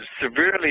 severely